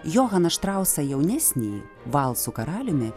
johaną štrausą jaunesnįjį valsų karaliumi